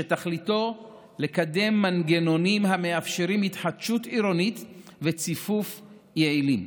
שתכליתו לקדם מנגנונים המאפשרים התחדשות עירונית וציפוף יעילים.